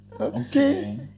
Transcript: okay